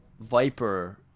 Viper